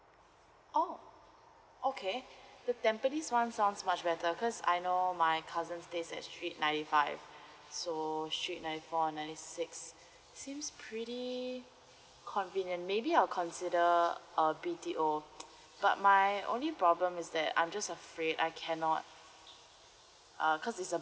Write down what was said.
oh okay the tampines one sounds much better because I know my cousin stays at street ninety five so street ninety four and ninety six seems pretty convenient maybe I'll consider the uh B_T_O but my only problem is that I'm just afraid I cannot uh cause it's a